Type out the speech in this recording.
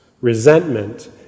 resentment